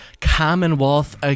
Commonwealth